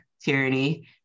tyranny